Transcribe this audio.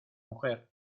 mujer